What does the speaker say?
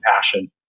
passion